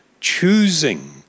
choosing